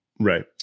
Right